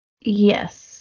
Yes